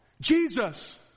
Jesus